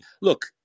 look